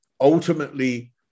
ultimately